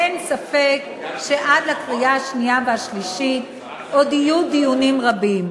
ואין ספק שעד לקריאה השנייה והשלישית עוד יהיו דיונים רבים.